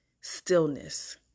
stillness